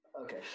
Okay